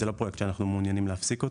וזה לא פרויקט שאנחנו מעוניינים להפסיק.